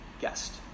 guest